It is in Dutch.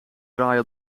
draaien